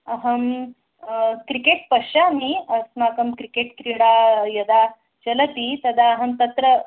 अहं क्रिकेट् पश्यामि अस्माकं क्रिकेट् क्रीडा यदा चलति तदा अहं तत्र